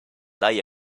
lie